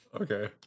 Okay